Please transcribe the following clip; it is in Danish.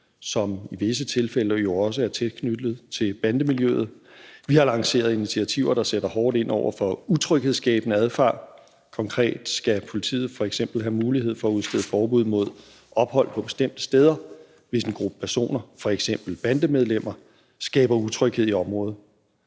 som i visse tilfælde jo også er tæt nyttet til bandemiljøet. Vi har lanceret initiativer, der sætter hårdt ind over for utryghedsskabende adfærd. Konkret skal politiet f.eks. have mulighed for at udstede forbud mod ophold på bestemte steder, hvis en gruppe personer, f.eks. bandemedlemmer, skaber utryghed i området.